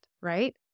right